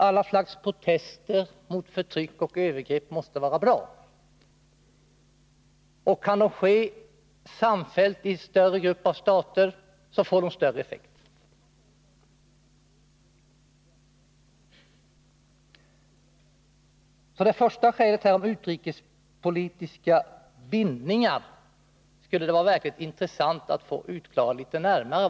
Alla slags protester mot förtryck och övergrepp måste vara bra, och kan det dessutom ske samfällt i en större grupp av stater, så får de större effekt. Det första skälet — utrikespolitiska bindningar — skulle det vara verkligt intressant att få utklarat litet närmare.